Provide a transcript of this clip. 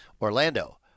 Orlando